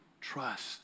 Trust